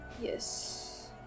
Yes